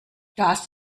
das